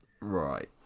Right